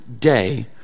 day